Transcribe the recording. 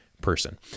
person